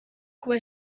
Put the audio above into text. kuba